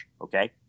Okay